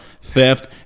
Theft